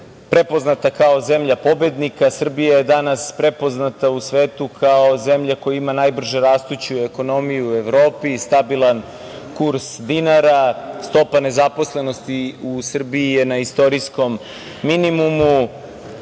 prepoznata kao zemlja pobednika. Srbija je danas prepoznata u svetu kao zemlja koja ima najbrže rastuću ekonomiju u Evropi, stabilan kurs dinara, stopa nezaposlenosti u Srbiji je na istorijskom minimumu,